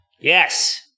Yes